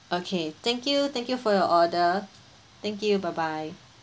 okay thank you thank you for your order thank you bye bye